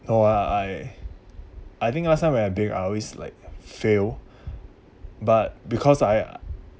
no I I I think last time when I bake I always like fail but because I